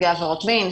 נפגעי עבירות מין,